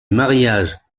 mariages